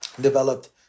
developed